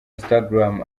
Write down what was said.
instagram